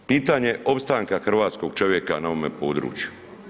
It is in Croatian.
Pitanje je opstanka hrvatskog čovjeka na ovome području.